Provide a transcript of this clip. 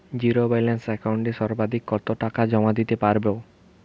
Zero balance একাউন্টে সর্বাধিক কত টাকা জমা দিতে পারব?